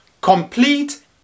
complete